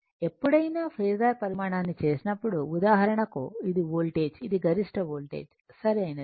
కాబట్టి ఎప్పుడైనా ఫేసర్ పరిమాణాన్ని చేసినప్పుడు ఉదాహరణకు ఇది వోల్టేజ్ ఇది గరిష్ట వోల్టేజ్ సరైనది